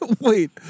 Wait